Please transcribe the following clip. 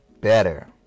better